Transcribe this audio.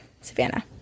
Savannah